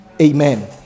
Amen